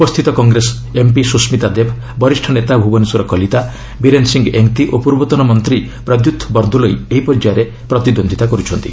ଉପସ୍ଥିତ କଂଗ୍ରେସ ଏମ୍ପି ସୁସ୍ମିତା ଦେବ ବରିଷ୍ଣ ନେତା ଭୁବନେଶ୍ୱର କଲିତା ବୀରେନ୍ ସିଂ ଏଙ୍ଗତି ଓ ପୂର୍ବତନ ମନ୍ତ୍ରୀ ପ୍ରଦ୍ୟୁତ୍ ବର୍ଦ୍ଦୋଲଇ ଏହି ପର୍ଯ୍ୟାୟରେ ପ୍ରତିଦ୍ୱନ୍ଦ୍ୱିତା କରୁଛନ୍ତି